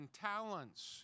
talents